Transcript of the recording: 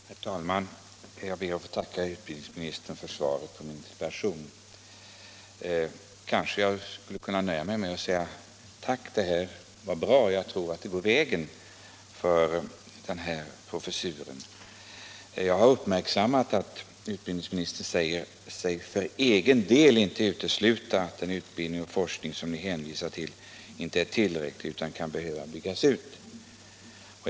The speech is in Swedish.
Herr talman! Jag ber att få tacka herr utbildningsministern för svaret på min interpellation. Kanske skulle jag kunna nöja mig med att säga: Tack, det här var bra; jag tror det går vägen för den här professuren. Jag har uppmärksammat att utbildningsministern säger sig för egen del inte utesluta att den utbildning och forskning han hänvisar till inte är tillräcklig utan kan behöva byggas ut.